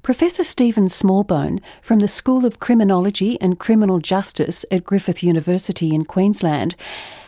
professor stephen smallbone from the school of criminology and criminal justice at griffith university in queensland